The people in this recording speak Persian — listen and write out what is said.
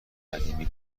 قدیمی